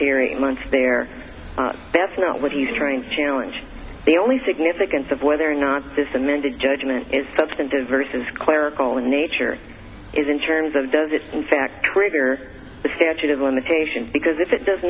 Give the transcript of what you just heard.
hearing months there that's not what he's trying to challenge the only significance of whether or not this amended judgment is substantive versus clerical in nature is in terms of does it in fact create here a statute of limitations because if it does